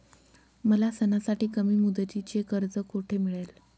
मला सणासाठी कमी मुदतीचे कर्ज कोठे मिळेल?